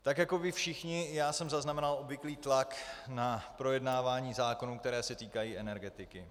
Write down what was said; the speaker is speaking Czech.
Tak jako vy všichni, i já jsem zaznamenal obvyklý tlak na projednávání zákonů, které se týkají energetiky.